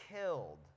killed